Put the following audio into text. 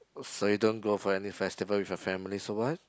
so you don't go for any festival with your family so what